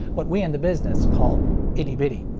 what we in the business call itty bitty.